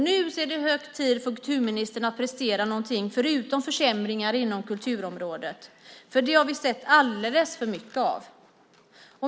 Nu är det hög tid för kulturministern att prestera någonting annat än försämringar inom kulturområdet, för sådant har vi sett alldeles för mycket av.